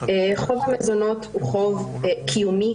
חוב המזונות הוא חוב קיומי.